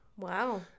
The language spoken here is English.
Wow